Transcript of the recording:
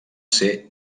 ser